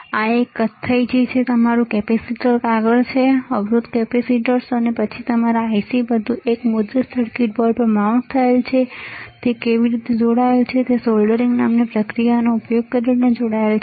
આ એક કથ્થઈ છે જે તમારું કેપેસિટર કાગળ છે અવરોધ કેપેસિટર્સ અને પછી તમારા IC બધું એક મુદ્રિત સર્કિટ બોર્ડ પર માઉન્ટ થયેલ છે તે કેવી રીતે જોડાયેલ છે તે સોલ્ડરિંગ નામની પ્રક્રિયાનો ઉપયોગ કરીને જોડાયેલ છે